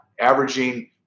averaging